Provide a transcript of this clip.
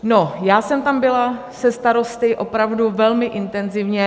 No, já jsem tam byla se starosty opravdu velmi intenzivně.